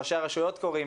ראשי הרשויות קוראים לכך,